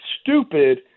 stupid